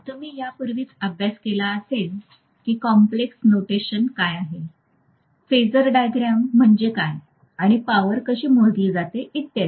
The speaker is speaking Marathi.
आपण यापूर्वीच अभ्यास केला असेल की आपण कॉम्प्लेक्स नोटेशन काय आहे फेजर डायग्राम म्हणजे काय आणि पॉवर कशी मोजली जाते इत्यादी